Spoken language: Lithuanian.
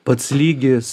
pats lygis